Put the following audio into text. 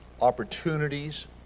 opportunities